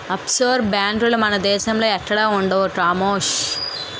offshore బేంకులు మన దేశంలో ఎక్కడా ఉండవు కామోసు